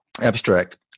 abstract